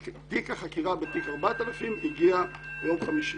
תיק החקירה בתיק 4,000 הגיע ביום חמישי,